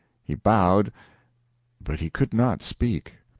he bowed but he could not speak.